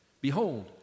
behold